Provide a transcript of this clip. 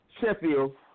Sheffield